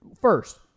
First